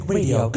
Radio